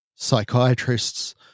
psychiatrists